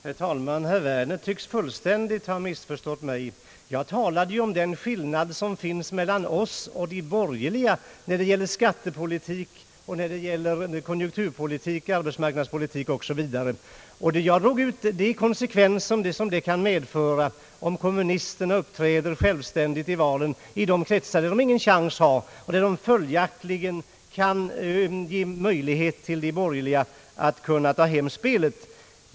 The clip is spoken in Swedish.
Herr talman! Herr Werner tycks fullständigt ha missförstått mig. Jag talade om den skillnad som finns mellan oss och de borgerliga beträffande skattepolitik, konjunkturpolitik, arbetsmarknadspolitik osv. Jag drog ut de konsekvenser det kan medföra, om kommunisterna uppträder självständigt i valen i de kretsar där de inte har någon chans att ta mandat och där de följaktligen kan ge de borgerliga möjlighet att ta hem spelet.